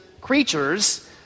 creatures